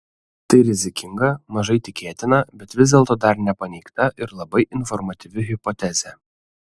tai rizikinga mažai tikėtina bet vis dėlto dar nepaneigta ir labai informatyvi hipotezė